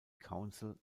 council